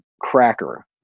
cracker